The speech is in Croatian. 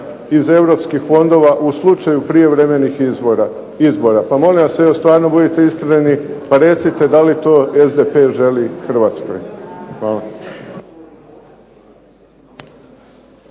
iz europskih fondova u slučaju prijevremenih izbora. Pa molim vas evo stvarno budite iskreni, pa recite da li to SDP želi Hrvatskoj. Hvala.